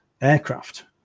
aircraft